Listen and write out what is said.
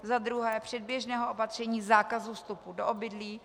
za druhé předběžného opatření zákazu vstupu do obydlí;